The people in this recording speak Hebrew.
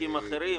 באפיקים האחרים,